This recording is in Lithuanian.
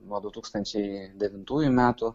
nuo du tūkstančiai devintųjų metų